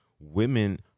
Women